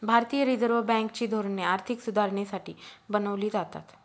भारतीय reserve bank ची धोरणे आर्थिक सुधारणेसाठी बनवली जातात